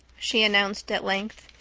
she announced at length.